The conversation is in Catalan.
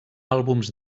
àlbums